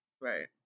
Right